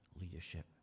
leadership